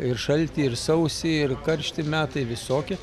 ir šalti ir sausi ir karšti metai visokie